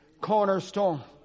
cornerstone